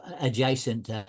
adjacent